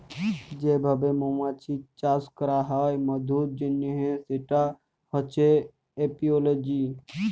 যে ভাবে মমাছির চাষ ক্যরা হ্যয় মধুর জনহ সেটা হচ্যে এপিওলজি